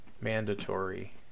mandatory